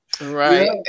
Right